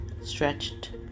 stretched